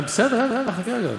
בסדר, יאללה, חכה רגע.